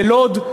בלוד.